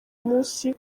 munsi